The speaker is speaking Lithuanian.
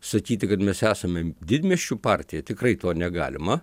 sakyti kad mes esame didmiesčių partija tikrai to negalima